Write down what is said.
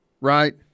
right